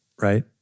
right